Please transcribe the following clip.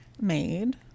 made